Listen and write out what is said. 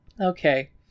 Okay